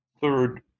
third